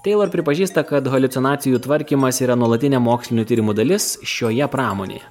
taylor pripažįsta kad haliucinacijų tvarkymas yra nuolatinė mokslinių tyrimų dalis šioje pramonėje